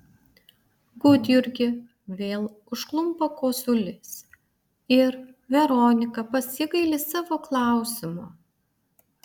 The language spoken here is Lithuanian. gudjurgį vėl užklumpa kosulys ir veronika pasigaili savo klausimo